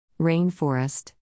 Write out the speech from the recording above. Rainforest